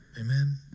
Amen